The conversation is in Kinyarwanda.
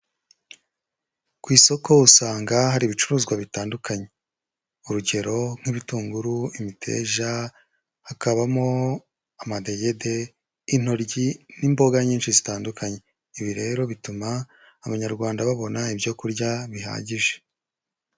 Ku isoko usanga hari ibicuruzwa bitandukanye. Urugero nk'ibitunguru, imiteja, hakabamo amadegede, intoyi n'imboga nyinshi zitandukanye. Ibi rero bituma Abanyarwanda babona ibyo kurya bihagije.